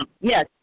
Yes